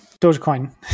Dogecoin